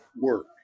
work